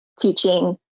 teaching